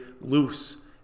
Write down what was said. loose